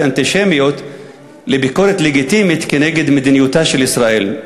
אנטישמיות לביקורת לגיטימית נגד מדיניותה של ישראל.